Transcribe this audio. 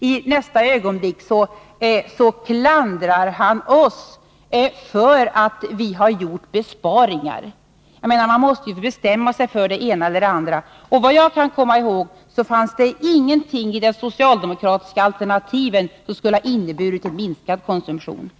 I nästa ögonblick klandrade han oss för att vi gjorde besparingar. Han måste ju bestämma sig för det ena eller det andra. Såvitt jag kommer ihåg fanns det ingenting i de socialdemokratiska alternativen som skulle ha inneburit en minskad konsumtion och därmed minskat lånebehov.